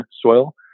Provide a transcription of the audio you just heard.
soil